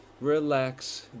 Relax